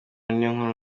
niyonkuru